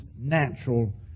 natural